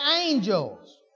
angels